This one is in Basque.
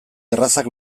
errazak